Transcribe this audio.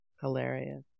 Hilarious